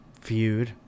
Feud